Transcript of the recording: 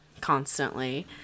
constantly